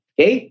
Okay